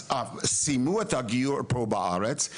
אז סיימו את הגיור פה בארץ.